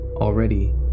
Already